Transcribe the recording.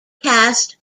cast